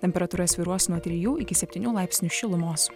temperatūra svyruos nuo trijų iki septynių laipsnių šilumos